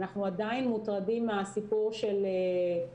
אנחנו עדיין מוטרדים מזה שלא ברור